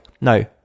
no